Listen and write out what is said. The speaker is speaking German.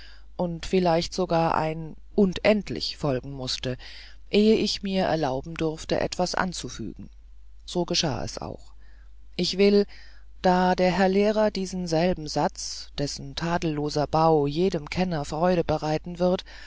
und vielleicht sogar ein und endlich folgen mußte ehe ich mir erlauben durfte etwas anzufügen so geschah es auch ich will da der herr lehrer diesen selben satz dessen tadelloser bau jedem kenner freude bereiten wird